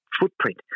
footprint